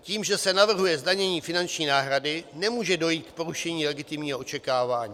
Tím, že se navrhuje zdanění finanční náhrady, nemůže dojít k porušení legitimního očekávání.